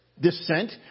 dissent